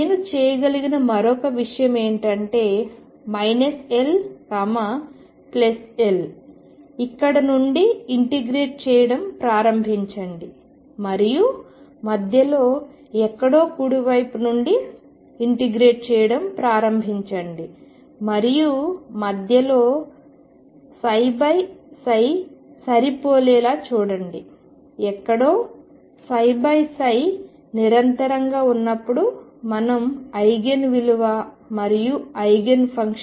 నేను చేయగలిగిన మరో విషయం ఏమిటంటే L L ఇక్కడ నుండి ఇంటిగ్రేట్ చేయడం ప్రారంభించండి మరియు మధ్యలో ఎక్కడో కుడి వైపు నుండి ఇంటిగ్రేట్ చేయడం ప్రారంభించండి మరియు మధ్య లో సరిపోలేలా చూడండి ఎక్కడో నిరంతరంగా ఉన్నప్పుడు మనం ఐగెన్ విలువ మరియు ఐగెన్ ఫంక్షన్ కనుగొన్నాము